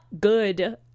good